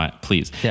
Please